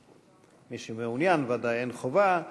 מי שמעוניין, ודאי, אין חובה.